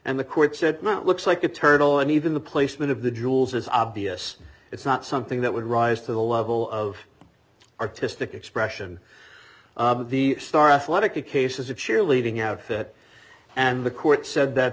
and the court said that looks like a turtle and even the placement of the jewels is obvious it's not something that would rise to the level of artistic expression the star of the case is a cheerleading outfit and the court said that